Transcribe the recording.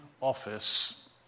office